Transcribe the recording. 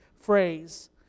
phrase